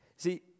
See